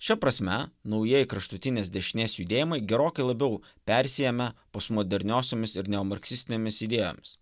šia prasme naujieji kraštutinės dešinės judėjimai gerokai labiau persiėmę posmoderniosiomis ir neomarksistinėmis idėjomis